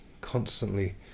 constantly